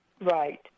Right